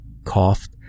coughed